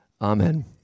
Amen